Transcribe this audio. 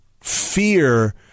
fear